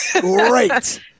Great